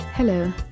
Hello